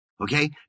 Okay